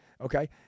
Okay